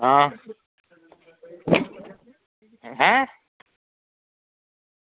आं ऐं